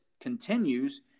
continues